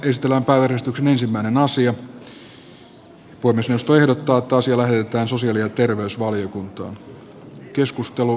puhemiesneuvosto ehdottaa että asia lähetetään sosiaali ja terveysvaliokuntaan